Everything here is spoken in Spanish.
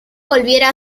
volviera